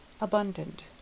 abundant